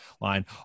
line